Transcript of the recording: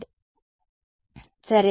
Ez సరే